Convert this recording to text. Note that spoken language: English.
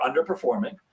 underperforming